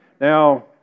Now